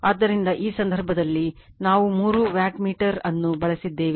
ಆದ್ದರಿಂದ ಈ ಸಂದರ್ಭದಲ್ಲಿ ನಾವು ಮೂರು ವ್ಯಾಟ್ಮೀಟರ್ ಅನ್ನು ಬಳಸಿದ್ದೇವೆ